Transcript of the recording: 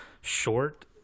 short